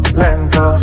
lento